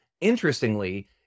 Interestingly